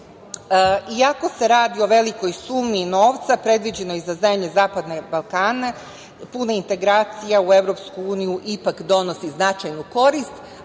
evra. Iako se radi o velikoj sumi novca predviđenoj za zemlje zapadnog Balkana, puna integracija u EU ipak donosi značajnu korist,